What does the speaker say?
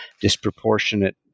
disproportionate